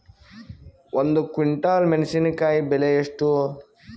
ಒಂದು ಕ್ವಿಂಟಾಲ್ ಮೆಣಸಿನಕಾಯಿ ಬೆಲೆ ಎಷ್ಟು?